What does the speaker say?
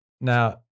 Now